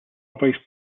vice